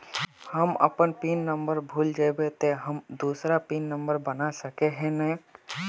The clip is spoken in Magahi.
हम अपन पिन नंबर भूल जयबे ते हम दूसरा पिन नंबर बना सके है नय?